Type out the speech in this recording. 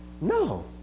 No